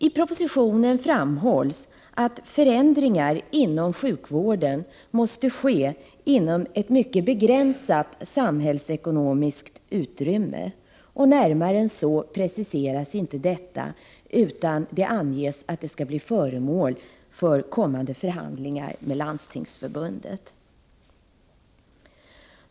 I propositionen framhålls att förändringar inom sjukvården måste ske inom ett mycket begränsat samhällsekonomiskt utrymme. Närmare än så preciseras inte detta, utan det anges att det skall bli föremål för kommande förhandlingar med Landstingsförbundet.